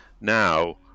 now